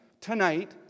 tonight